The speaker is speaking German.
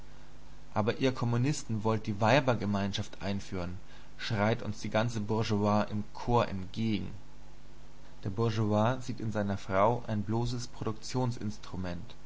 aber ihr kommunisten wollt die weibergemeinschaft einführen schreit uns die ganze bourgeoisie im chor entgegen der bourgeois sieht in seiner frau ein bloßes